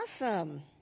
awesome